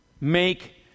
Make